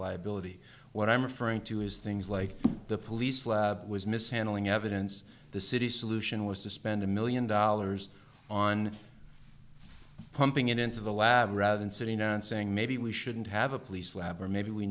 liability what i'm referring to is things like the police was mishandling evidence the city's solution was to spend a million dollars on pumping it into the lab rather than sitting around saying maybe we shouldn't have a police lab or maybe we